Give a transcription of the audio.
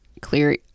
Clear